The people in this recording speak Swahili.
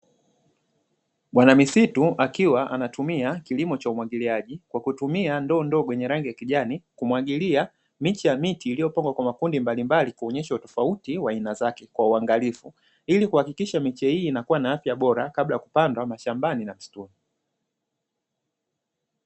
Bwana misitu akiwa anatumia kilimo cha umwagiliaji kwa kutumia ndoo ndogo yenye rangi ya kijani kumwagilia miche ya miti iliyopangwa kwa makundi mbalimbali kuonyesha utofauti wa aina zake kwa uangalifu, ili kuhakikisha miche hii inakuwa na afya bora kabla ya kupandwa mashambani na misituni.